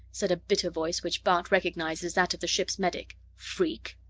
said a bitter voice which bart recognized as that of the ship's medic. freak!